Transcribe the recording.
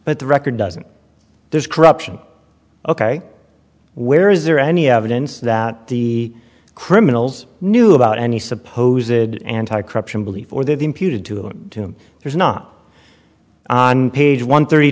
but the record doesn't there's corruption ok where is there any evidence that the criminals knew about any suppose it anti corruption belief or the imputed to him there's not on page one thirty